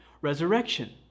resurrection